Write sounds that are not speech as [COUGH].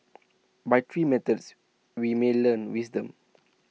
[NOISE] by three methods we may learn wisdom